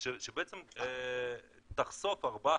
-- שבעצם תחשוף ארבעה,